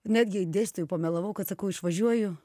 netgi dėstytojui pamelavau kad sakau išvažiuoju